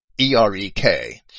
E-R-E-K